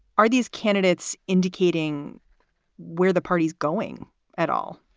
are these candidates indicating where the party's going at all?